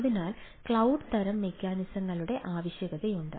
അതിനാൽ ക്ലൌഡ് തരം മെക്കാനിസങ്ങളുടെ ആവശ്യകതയുണ്ട്